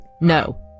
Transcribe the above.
No